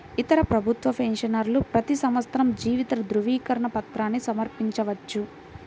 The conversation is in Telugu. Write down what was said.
ఇతర ప్రభుత్వ పెన్షనర్లు ప్రతి సంవత్సరం జీవిత ధృవీకరణ పత్రాన్ని సమర్పించవచ్చు